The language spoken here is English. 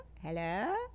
Hello